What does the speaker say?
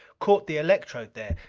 caught the electrode there.